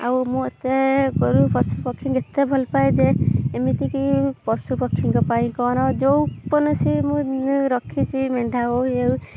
ଆଉ ମୁଁ ଏତେ ଗୋରୁ ପଶୁପକ୍ଷୀଙ୍କୁ ଏତେ ଭଲ ପାଏ ଯେ ଏମିତି କି ପଶୁପକ୍ଷୀଙ୍କ ପାଇଁ କ'ଣ ଯେଉଁ ମୁଁ ରଖିଛି ମେଣ୍ଢା ହଉ ଇଏ ହଉ